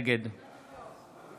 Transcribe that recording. נגד